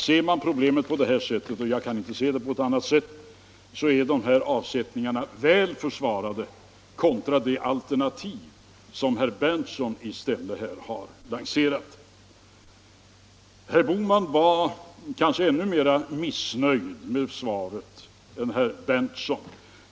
Ser man problemet på det här sättet — och jag kan inte se det på något annat sätt — är fondavsättningarna väl försvarbara i jämförelse med det alternativ som herr Berndtson lanserat. Herr Bohman var kanske ännu mera missnöjd med svaret än herr Berndtson.